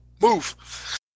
move